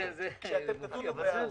שמחר, כשאתם תדונו בחוק השני,